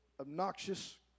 obnoxious